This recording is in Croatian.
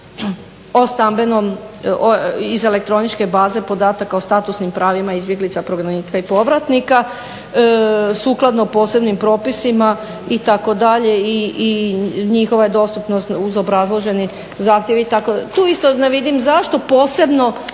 o stambenom iz elektroničke baze podataka o statusnim pravima izbjeglica, prognanika i povratnika sukladno posebnim propisima itd. i njihova je dostupnost uz obrazloženi zahtjev i tako. Tu isto ne vidim zašto posebna